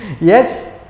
Yes